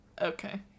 Okay